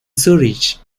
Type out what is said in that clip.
zúrich